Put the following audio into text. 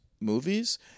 movies